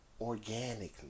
organically